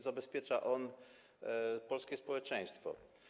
Zabezpiecza on polskie społeczeństwo.